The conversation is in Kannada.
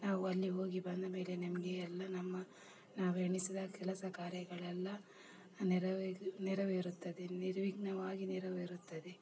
ನಾವು ಅಲ್ಲಿ ಹೋಗಿ ಬಂದ ಮೇಲೆ ನಮಗೆ ಎಲ್ಲ ನಮ್ಮ ನಾವೆಣಿಸಿದ ಕೆಲಸ ಕಾರ್ಯಗಳೆಲ್ಲ ನೆರವೇರಿ ನೆರವೇರುತ್ತದೆ ನಿರ್ವಿಘ್ನವಾಗಿ ನೆರವೇರುತ್ತದೆ